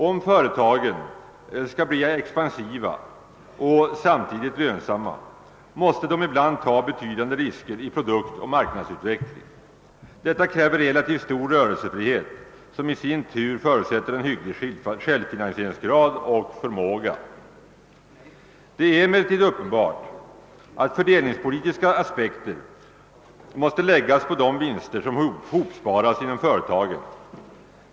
Om företagen skall bli expansiva och samtidigt lönsamma, måste de ibland ta betydande risker i produktoch marknadsutveckling. Detta kräver relativt stor rörelsefrihet, som i sin tur förutsätter en hygglig självfinansieringsgrad och självfinansieringsförmåga. Det är emellertid uppenbart att fördelningspolitiska aspekter måste läggas på de vinster som hopsparas inom företagen.